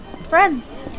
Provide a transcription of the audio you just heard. friends